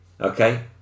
okay